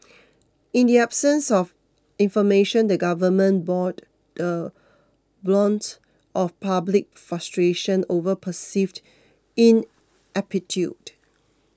in the absence of information the government bored the brunt of public frustration over perceived ineptitude